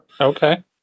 Okay